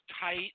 tight